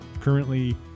currently